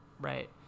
right